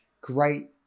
great